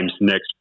next